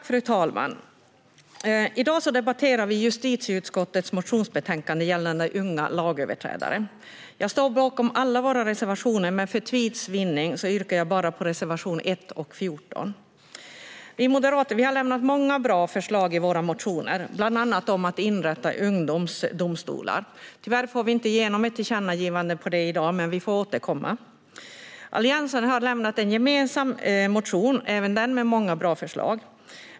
Fru talman! I dag debatterar vi justitieutskottets motionsbetänkande gällande unga lagöverträdare. Jag står bakom alla våra reservationer, men för tids vinnande yrkar jag bifall enbart till reservationerna 1 och 14. Vi moderater har lämnat många bra förslag i våra motioner, bland annat om att inrätta ungdomsdomstolar. Tyvärr får vi inte igenom ett tillkännagivande om det i dag, men vi får återkomma. Alliansen har lämnat en gemensam motion, även den med många bra förslag.